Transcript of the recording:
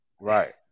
Right